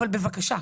אבל בבקשה,